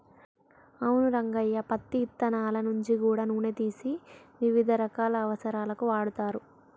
అవును రంగయ్య పత్తి ఇత్తనాల నుంచి గూడా నూనె తీసి వివిధ రకాల అవసరాలకు వాడుతరు